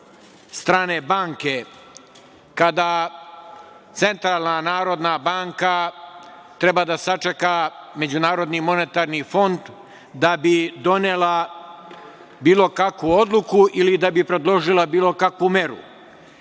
strane banke, kada Centralna narodna banka treba da sačeka MMF da bi donela bilo kakvu odluku ili da bi predložila bilo kakvu meru.